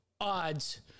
odds